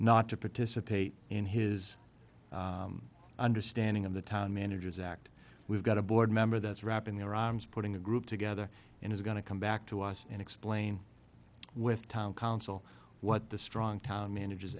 not to participate in his understanding of the town manager exact we've got a board member that's wrapping their arms putting the group together and is going to come back to us and explain with town council what the strong town managers